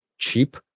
cheap